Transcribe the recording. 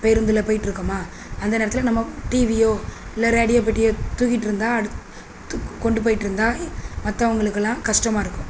பேருந்தில் போயிட்டுருக்கமா அந்த நேரத்தில் நம்ம டிவியோ இல்லை ரேடியோ பெட்டியை தூக்கிட்டுருந்தா அடுத்து கொண்டு போயிட்டுருந்தா மற்றவங்களுக்கெல்லாம் கஷ்டமா இருக்கும்